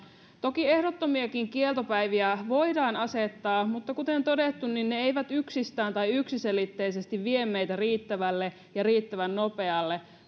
toki ehdottomiakin kieltopäiviä voidaan asettaa mutta kuten todettu ne eivät yksistään tai yksiselitteisesti vie meitä riittävälle ja riittävän nopealle